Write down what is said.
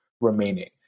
remaining